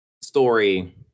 story